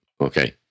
Okay